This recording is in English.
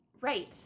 Right